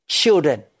children